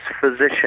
physician